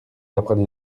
apprenez